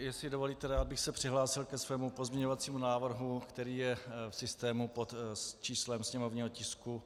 Jestli dovolíte, rád bych se přihlásil ke svému pozměňovacímu návrhu, který je v systému pod číslem sněmovního tisku 6441.